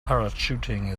parachuting